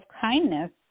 kindness